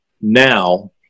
now